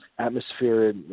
atmosphere